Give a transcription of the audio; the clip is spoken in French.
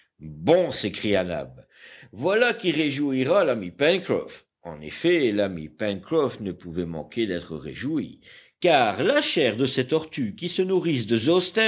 bon s'écria nab voilà qui réjouira l'ami pencroff en effet l'ami pencroff ne pouvait manquer d'être réjoui car la chair de ces tortues qui se nourrissent de